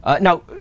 Now